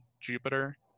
Jupiter